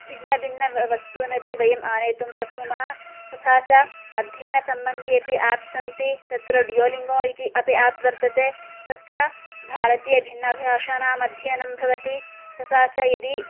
भिन्नभिन्नवस्तूनि अपि वयम् आनेतुं शक्नुमः तथा च अध्ययनसम्बन्धि अपि एप् सन्ति तत्र डियोलिङ्गो इति अपि एप् वर्तते तत्र भारतीयभिन्नभाषाणाम् अध्ययनं भवति तथा च यदि